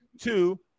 Two